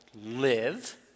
live